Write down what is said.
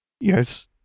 Yes